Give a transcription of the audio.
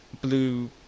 blue